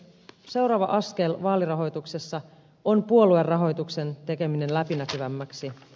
seuraava askel vaalirahoituksessa on puoluerahoituksen tekeminen läpinäkyvämmäksi